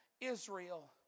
Israel